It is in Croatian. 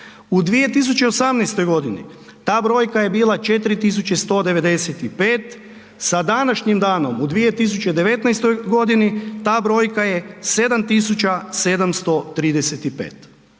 u 2018. godini ta brojka je bila 4195, sa današnjim danom u 2019. godini ta brojka je 7735.